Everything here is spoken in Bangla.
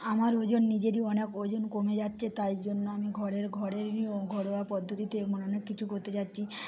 আমার ওজন নিজেরই অনেক ওজন কমে যাচ্ছে তাই জন্য আমি ঘরের ঘরেরই ঘরোয়া পদ্ধতিতে এমন অনেক কিছু করতে যাচ্ছি